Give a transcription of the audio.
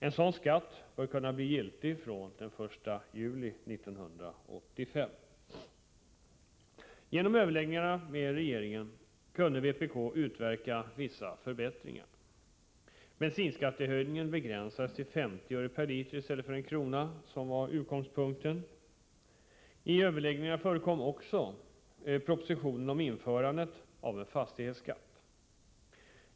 En sådan skatt bör kunna bli giltig fr.o.m. den 1 juli 1985. Genom överläggningarna med regeringen kunde vpk utverka vissa förbättringar. Bensinskattehöjningen begränsades till 50 öre per liter i stället för 1 kr., som var regeringens utgångspunkt. I överläggningarna förekom också propositionen om införandet av en fastighetsskatt.